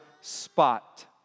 spot